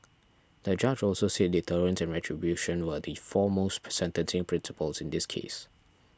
the judge also said deterrence and retribution were the foremost sentencing principles in this case